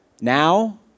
now